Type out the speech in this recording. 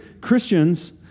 Christians